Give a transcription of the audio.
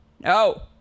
no